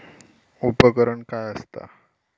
उपकरण काय असता?